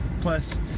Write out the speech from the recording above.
plus